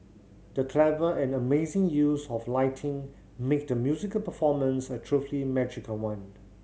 the clever and amazing use of lighting made the musical performance a truly magical one